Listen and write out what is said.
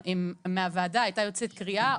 אם מהוועדה הייתה יוצאת קריאה,